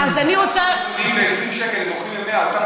מה שהם קונים ב-20 שקל הם מוכרים ב-100.